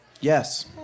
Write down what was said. yes